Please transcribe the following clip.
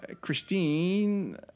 Christine